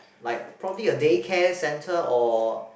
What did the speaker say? like probably a day care centre or